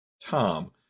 Tom